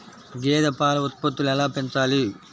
గేదె పాల ఉత్పత్తులు ఎలా పెంచాలి?